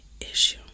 issue